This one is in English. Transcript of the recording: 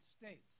States